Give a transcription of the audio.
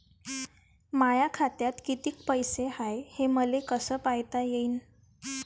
माया खात्यात कितीक पैसे हाय, हे मले कस पायता येईन?